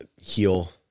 heal